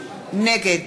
נגד